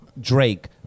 Drake